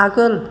आगोल